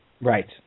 Right